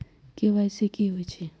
KYC कि होई छई?